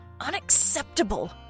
unacceptable